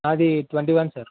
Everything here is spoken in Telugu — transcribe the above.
నాది ట్వంటీ వన్ సార్